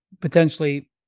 potentially